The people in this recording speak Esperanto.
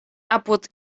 apud